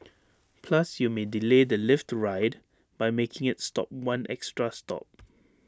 plus you may delay the lift ride by making IT stop one extra stop